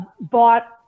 bought